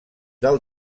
del